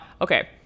Okay